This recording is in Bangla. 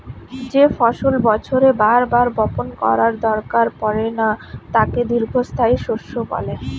যেই ফসল বছরে বার বার বপণ করার দরকার পড়ে না তাকে দীর্ঘস্থায়ী শস্য বলে